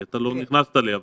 כי אתה לא נכנסת ליוון.